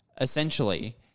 Essentially